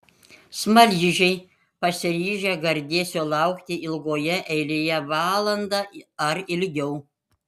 smaližiai pasiryžę gardėsio laukti ilgoje eilėje valandą ar ilgiau